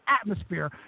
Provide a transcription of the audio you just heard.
atmosphere